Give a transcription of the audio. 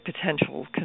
potential